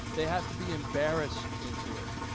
they have to be embarrassed into it.